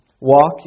Walk